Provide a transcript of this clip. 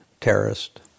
terrorist